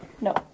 No